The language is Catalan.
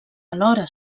alhora